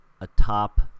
atop